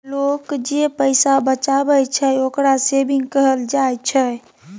लोक जे पैसा बचाबइ छइ, ओकरा सेविंग कहल जाइ छइ